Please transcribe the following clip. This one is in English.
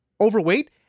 overweight